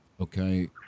Okay